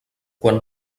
quan